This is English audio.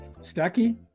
Stucky